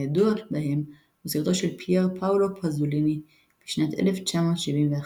הידוע בהם הוא סרטו של פייר פאולו פאזוליני משנת 1971,